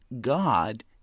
God